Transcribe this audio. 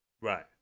Right